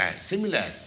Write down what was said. similar